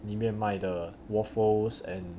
里面卖的 waffles and